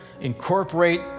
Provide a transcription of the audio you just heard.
Incorporate